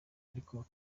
ariko